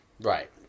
Right